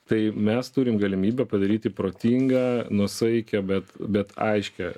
tai mes turim galimybę padaryti protingą nuosaikią bet bet aiškią